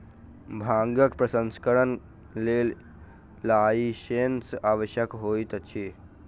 भांगक प्रसंस्करणक लेल लाइसेंसक आवश्यकता होइत छै